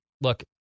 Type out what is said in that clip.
Look